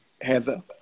Heather